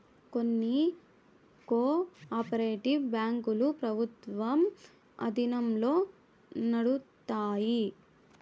కొన్ని co operative బ్యాంకులు ప్రభుత్వం ఆధీనంలో నడుత్తాయి